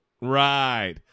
Right